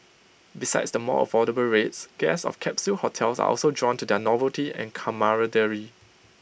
besides the more affordable rates guests of capsule hotels are also drawn to their novelty and camaraderie